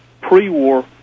pre-war